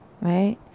Right